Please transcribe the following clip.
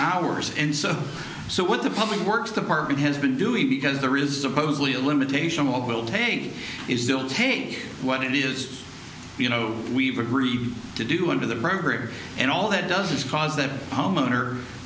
hours and so so what the public works department has been doing because there is supposedly a limitation what will take is still take what it is you know we've agreed to do under the program and all that does is cause that homeowner